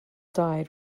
died